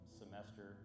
semester